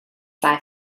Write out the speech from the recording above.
sci